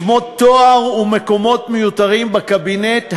שמות תואר ומקומות מיותרים בקבינט המדיני-ביטחוני,